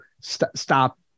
stop